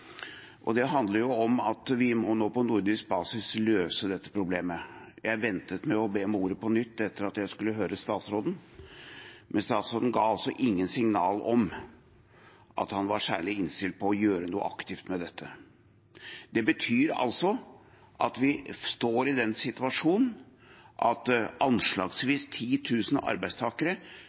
og det handler jo om at vi må på nordisk basis løse dette problemet. Jeg ventet med å be om ordet på nytt fordi jeg skulle høre statsråden, men statsråden ga ingen signaler om at han var særlig innstilt på å gjøre noe aktivt med dette. Det betyr at vi står i den situasjonen at anslagsvis 10 000 arbeidstakere